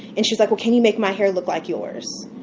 and she was like, well, can you make my hair look like yours?